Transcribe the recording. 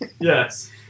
Yes